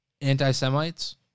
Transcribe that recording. anti-Semites